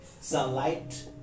sunlight